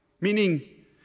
Meaning